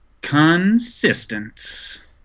consistent